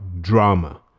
Drama